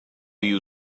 you